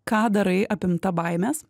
ką darai apimta baimės